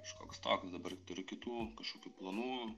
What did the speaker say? kažkoks toks dabar turiu kitų kažkokių planų